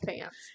pants